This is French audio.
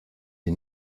est